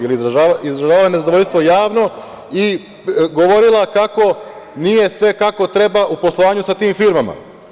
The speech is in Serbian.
Izražavala je nezadovoljstvo javno i govorila kako nije sve kako treba u poslovanju sa tim firmama.